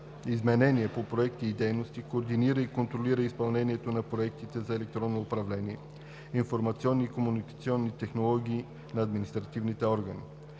изменения на проекти и дейности, координира и контролира изпълнението на проектите за електронно управление, информационни и комуникационни технологии на административните органи,